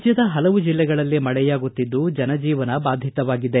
ರಾಜ್ಯದ ಪಲವು ಜಲ್ಲೆಗಳಲ್ಲಿ ಮಳೆಯಾಗುತ್ತಿದ್ದು ಜನಜೀವನ ಬಾಧಿತವಾಗಿದೆ